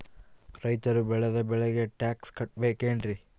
ರೈತರು ಬೆಳೆದ ಬೆಳೆಗೆ ಟ್ಯಾಕ್ಸ್ ಕಟ್ಟಬೇಕೆನ್ರಿ?